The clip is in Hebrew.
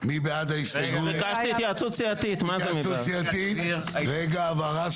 ואיך המדינה עוזרת ותורמת לעזור לעולים החדשים.